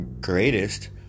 greatest